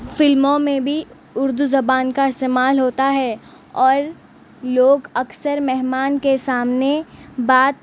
فلموں میں بھی اردو زبان کا استعمال ہوتا ہے اور لوگ اکثر مہمان کے سامنے بات